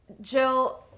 Jill